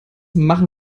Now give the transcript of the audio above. machen